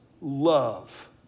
love